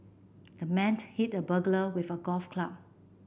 the man hit the burglar with a golf club